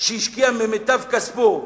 שהשקיע ממיטב כספו,